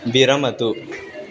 विरमतु